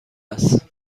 است